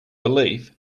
belief